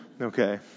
Okay